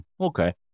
Okay